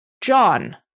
John